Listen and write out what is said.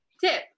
Tip